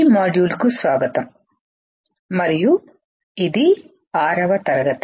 ఈ మాడ్యూల్కు స్వాగతం మరియు ఇది 6 వ తరగతి